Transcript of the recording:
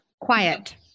Quiet